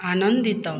ଆନନ୍ଦିତ